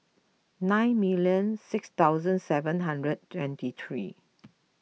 nine million six thousand seven hundred twenty three